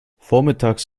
vormittags